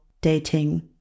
dating